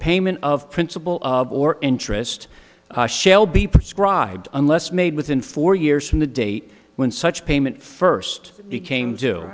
payment of principal or interest shall be prescribed unless made within four years from the date when such payment first became do